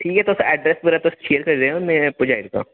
ठीक ऐ तुस अड्रैस बगैरा शेयर करी देओ में आपूं पजाई ड़गा